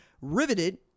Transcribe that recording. riveted